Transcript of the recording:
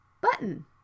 Button